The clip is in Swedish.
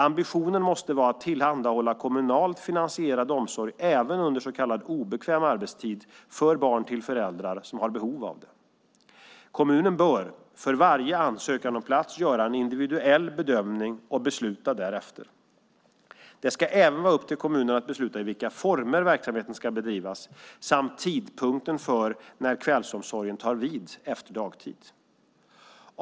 Ambitionen måste vara att tillhandahålla kommunalt finansierad omsorg även under så kallad obekväm arbetstid för barn till föräldrar som har behov av det. Kommunen bör för varje ansökan om plats göra en individuell bedömning och besluta därefter. Det ska även vara upp till kommunen att besluta i vilka former verksamheten ska bedrivas samt tidpunkten för när kvällsomsorgen tar vid efter dagtid.